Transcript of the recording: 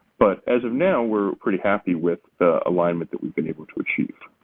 but as of now, we're pretty happy with the alignment that we've been able to achieve.